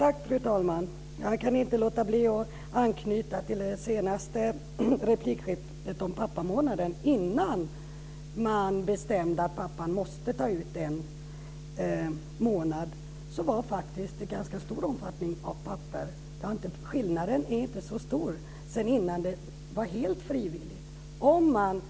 Fru talman! Jag kan inte låta bli att anknyta till det senaste replikskiftet om pappamånaden. Innan man bestämde att pappan måste ta ut en månad så var det faktiskt ganska många pappor som tog ut föräldraledighet. Skillnaden mellan hur det är nu och när det var helt frivilligt är inte så stor.